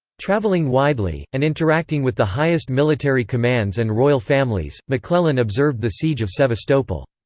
traveling widely, and interacting with the highest military commands and royal families, mcclellan observed the siege of sevastopol.